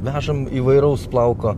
vežam įvairaus plauko